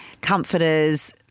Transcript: comforters